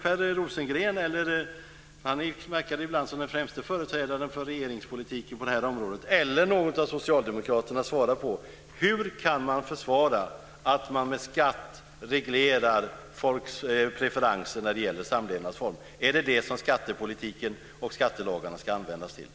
Per Rosengren verkar ibland vara den främste företrädaren för regeringspolitiken på det här området, och han eller någon av socialdemokraterna kanske kan svara på frågan: Hur kan ni försvara att man med skatt reglerar folks preferenser när det gäller samlevnadsform? Är det vad skattepolitiken och skattelagarna ska användas till?